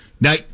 now